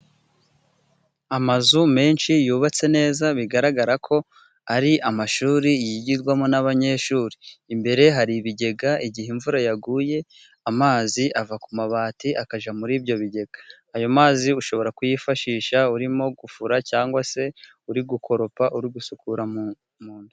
Amazu menshi yubatse neza bigaragara ko ari amashuri yigirwamo n'abanyeshuri. Imbere hari ibigega, igihe imvura yaguye amazi ava ku mabati akajya muri ibyo bigega. Ayo mazi ushobora kuyifashisha urimo gufura cyangwa se uri gukoropa, uri gusukura mu nzu.